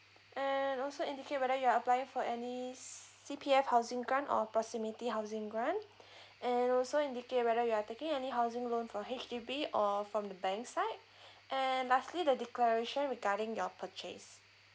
and also indicate whether you're applying on any C_P_F housing grant or proximity housing grant and also indicate whether you are taking any housing loan from H_D_B or from the bank side and lastly the declaration regarding your purchase